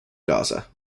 gaza